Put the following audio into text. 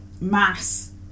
mass